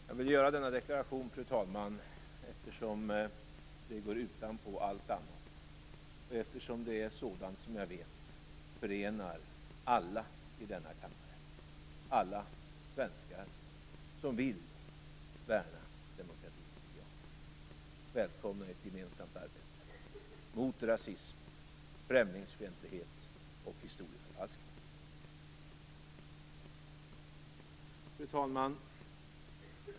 Jag vill göra denna deklaration, fru talman, eftersom det går utanpå allt annat och eftersom det är sådant som jag vet förenar alla i denna kammare, alla svenskar som vill värna demokratins ideal. Välkommen till ett gemensamt arbete mot rasism, främlingsfientlighet och historieförfalskning. Fru talman!